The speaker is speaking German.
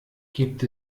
gibt